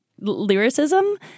lyricism